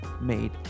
made